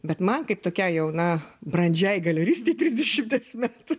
bet man kaip tokiai jau na brandžiai galeristei trisdešimties metų